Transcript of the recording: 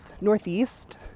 northeast